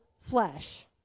flesh